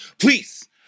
please